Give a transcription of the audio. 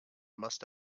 must